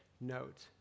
note